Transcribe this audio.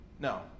No